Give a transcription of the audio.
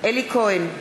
אלי כהן,